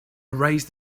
erased